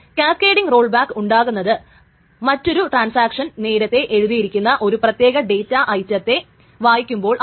cascading roll back ഉണ്ടാകുന്നത് മറ്റൊരു transaction നേരത്തെ എഴുതിയിരിക്കുന്ന ഒരു പ്രത്യേക ഡേറ്റ ഐറ്റത്തെ വായിക്കുമ്പോഴാണ്